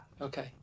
Okay